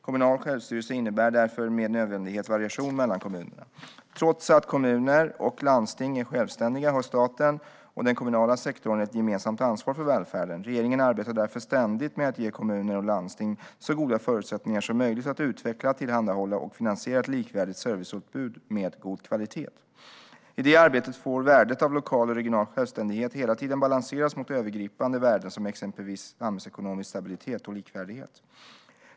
Kommunal självstyrelse innebär därför med nödvändighet variation mellan kommunerna. Trots att kommuner och landsting är självständiga har staten och den kommunala sektorn ett gemensamt ansvar för välfärden. Regeringen arbetar därför ständigt med att ge kommuner och landsting så goda förutsättningar som möjligt att utveckla, tillhandahålla och finansiera ett likvärdigt serviceutbud med god kvalitet. I det arbetet får värdet av lokal och regional självständighet hela tiden balanseras mot övergripande värden som exempelvis samhällsekonomisk stabilitet och likvärdighet.